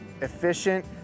efficient